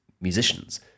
musicians